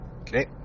Okay